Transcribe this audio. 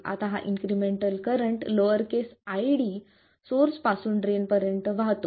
आता हा incremental current lowercase I D source पासून ड्रेन पर्यंत वाहतो